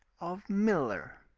of miller,